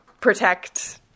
protect